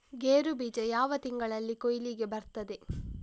ಗೇರು ಬೀಜ ಯಾವ ತಿಂಗಳಲ್ಲಿ ಕೊಯ್ಲಿಗೆ ಬರ್ತದೆ?